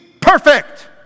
perfect